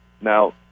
Now